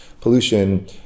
pollution